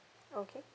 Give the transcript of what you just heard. okay